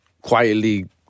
quietly